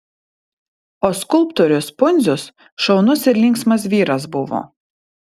o skulptorius pundzius šaunus ir linksmas vyras buvo